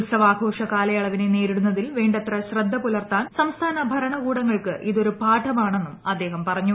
ഉത്സവാഘോഷ കാലയളവിന്റെ ിന്നേരിട്ടുന്നതിൽ വേണ്ടത്ര ശ്രദ്ധ പുലർത്താൻ സംസ്ഥാന ഭരണകൂട്ങൾക്ക് ഇതൊരു പാഠമാണെന്നും അദ്ദേഹം പറഞ്ഞു